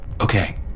okay